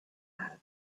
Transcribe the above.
had